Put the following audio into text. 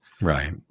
Right